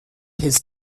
his